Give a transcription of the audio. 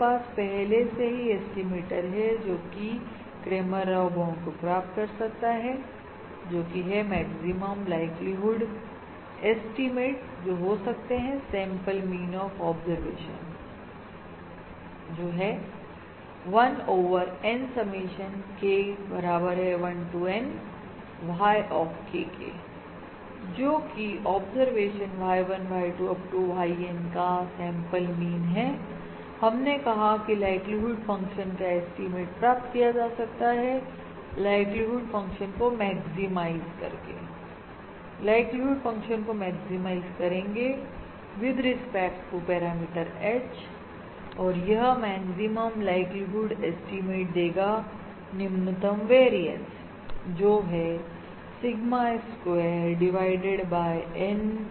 हमारे पास पहले से ही एस्टिमेटर है जोकि क्रैमर राव बाउंड को प्राप्त कर सकता है जोकि है मैक्सिमम लाइक्लीहुड ऐस्टीमेट जो हो सकते हैं सैंपल मीन ऑफ ऑब्जरवेशन जो है 1 ओवर N समेशन K बराबर है 1 to N Y of K के जोकि observation Y1 Y2 Up to YN का सैंपल मीन है हमने कहा कि लाइक्लीहुड फंक्शन का एस्टीमेट प्राप्त किया जा सकता है लाइक्लीहुड को मैक्सिमाइज करके लाइक्लीहुड फंक्शन को मैक्सिमाइज करेंगे with respect to parameter H और यह मैक्सिमम लाइक्लीहुड ऐस्टीमेट देगा निम्नतम वेरियंस जो है sigma square divided by N